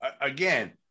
again